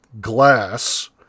glass